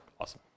awesome